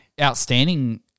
outstanding –